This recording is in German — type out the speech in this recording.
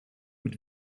mit